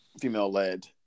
female-led